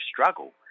struggle